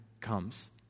comes